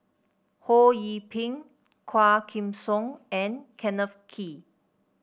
Ho Yee Ping Quah Kim Song and Kenneth Kee